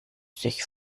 sich